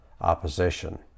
opposition